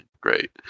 great